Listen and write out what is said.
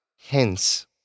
Hence